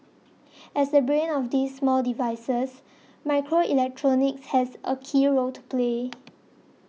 as the brain of these small devices microelectronics has a key role to play